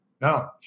No